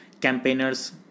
campaigners